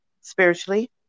spiritually